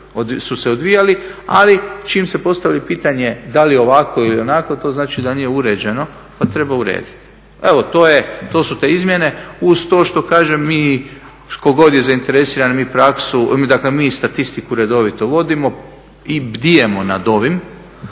su se odvijali ali čim se postavi pitanje da li ovako ili onako to znači da nije uređeno a treba urediti. Evo to je, to su te izmjene uz to što kažem mi, tko god je zainteresiran dakle mi statistiku redovito vodimo i bdijemo nad ovom